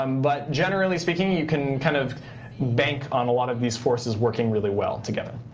um but generally speaking, you can kind of bank on a lot of these forces working really well together.